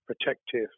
protective